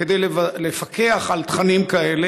כדי לפקח על תכנים כאלה.